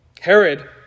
Herod